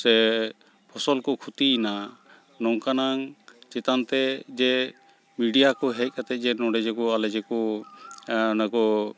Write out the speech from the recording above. ᱥᱮ ᱯᱷᱚᱥᱚᱞᱠᱚ ᱠᱷᱚᱛᱤᱭᱮᱱᱟ ᱱᱚᱝᱠᱟᱱᱟᱝ ᱪᱮᱛᱟᱱᱛᱮ ᱡᱮ ᱢᱤᱰᱤᱭᱟ ᱠᱚ ᱦᱮᱡ ᱠᱟᱛᱮᱫ ᱡᱮ ᱱᱚᱰᱮᱠᱚ ᱟᱞᱮᱡᱮ ᱠᱚ ᱚᱱᱟᱠᱚ